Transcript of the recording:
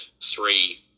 three